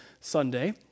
Sunday